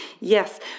Yes